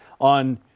on